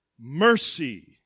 Mercy